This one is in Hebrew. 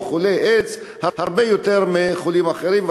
חולי איידס הרבה יותר גדול מאשר אצל אחרים,